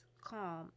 calm